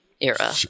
era